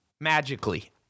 magically